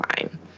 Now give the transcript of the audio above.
fine